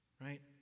Right